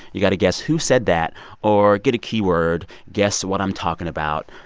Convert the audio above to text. you got to guess who said that or get a keyword. guess what i'm talking about.